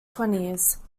twenties